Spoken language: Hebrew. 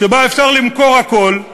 שבה אפשר למכור הכול,